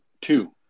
two